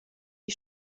die